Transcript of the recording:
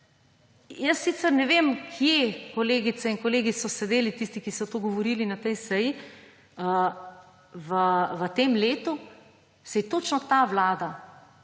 jaz sicer ne vem, kje so kolegice in kolegi sedeli, tisti, ki so to govorili na tej seji v tem letu, saj je točno ta vlada